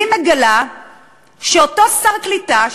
אני מגלה שאותו שר קליטה,